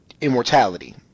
immortality